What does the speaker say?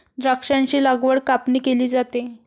द्राक्षांची लागवड व कापणी केली जाते